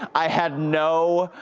i had no,